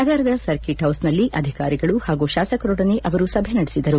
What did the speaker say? ನಗರದ ಸರ್ಕೀಟ್ ಹೌಸ್ನಲ್ಲಿ ಅಧಿಕಾರಿಗಳು ಹಾಗೂ ಶಾಸಕರೊಡನೆ ಅವರು ಸಭೆ ನಡೆಸಿದರು